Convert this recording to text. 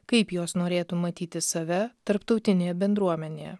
kaip jos norėtų matyti save tarptautinėje bendruomenėje